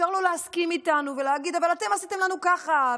אפשר לא להסכים איתנו ולהגיד: אבל אתם עשיתם לנו ככה,